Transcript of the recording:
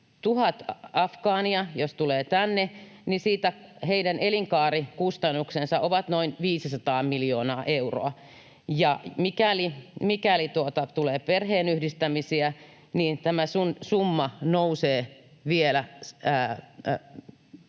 tulee tänne, niin heidän elinkaarikustannuksensa ovat noin 500 miljoonaa euroa, ja mikäli tulee perheenyhdistämisiä, niin tämä summa nousee vielä